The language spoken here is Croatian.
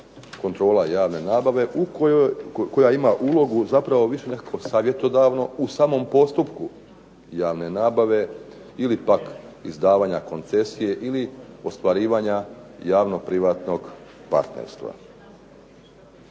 kontrola javne nabave u kojoj, koja ima ulogu zapravo više nekako savjetodavno u samom postupku javne nabave ili pak izdavanja koncesije ili ostvarivanja javnog privatnog partnerstva.